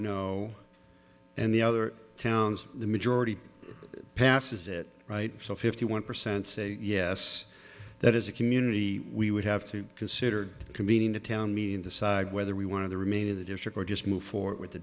no and the other towns the majority passes it right so fifty one percent say yes that is a community we would have to consider convening a town meeting decide whether we want to remain in the district or just move forward with the